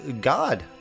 God